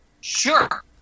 Sure